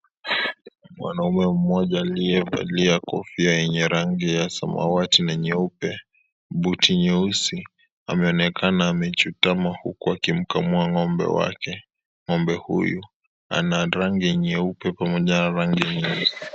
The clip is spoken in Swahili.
Mwanaume mmoja aliyevalia kofia yenye rangi ya samawati na nyeupe, buti nyeusi, ameonekana amechutama huku akimkamua ng'ombe wake. Ng'ombe huyu ana rangi nyeupe pamoja na rangi nyeusi.